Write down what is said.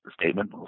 statement